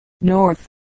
north